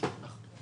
אם